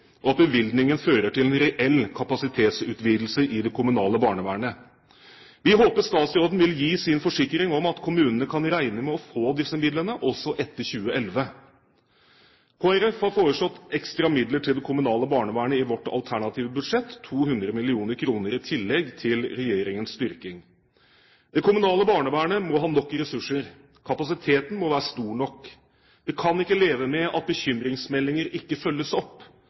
og at bevilgningen fører til en reell kapasitetsutvidelse i det kommunale barnevernet. Vi håper statsråden vil gi sin forsikring om at kommunene kan regne med å få disse midlene også etter 2011. Kristelig Folkeparti har foreslått ekstra midler til det kommunale barnevernet i vårt alternative budsjett – 200 mill. kr i tillegg til regjeringens styrking. Det kommunale barnevernet må ha nok ressurser, kapasiteten må være stor nok. Vi kan ikke leve med at bekymringsmeldinger ikke følges opp,